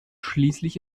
schließlich